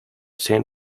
san